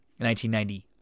1990